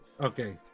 Okay